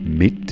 mit